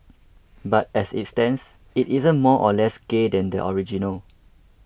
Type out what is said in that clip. but as it stands it isn't more or less gay than the original